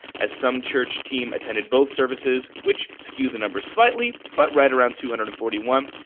as some church team attended both services, which skew the numbers slightly, but right around two hundred and forty one.